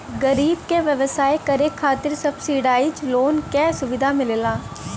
गरीब क व्यवसाय करे खातिर सब्सिडाइज लोन क सुविधा मिलला